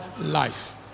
life